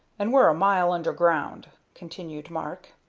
and we're a mile underground, continued mark.